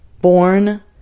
Born